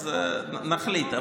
נחליט,